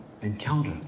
encounter